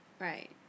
Right